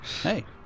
Hey